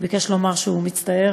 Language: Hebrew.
ביקש לומר שהוא מצטער.